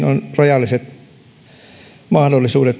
rajalliset mahdollisuudet